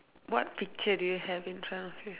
what picture do you have in front of you